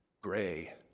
gray